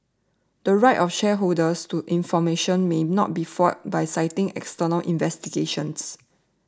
the right of shareholders to information may not be foiled by citing external investigations